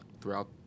throughout